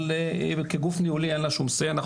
אבל כגוף ניהולי אין לה שם אמירה,